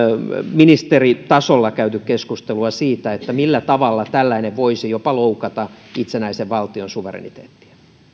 ministeritasolla käyty keskustelua siitä millä tavalla tällainen voisi jopa loukata itsenäisen valtion suvereniteettia